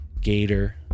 gator